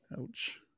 Ouch